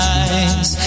eyes